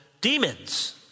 demons